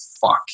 fuck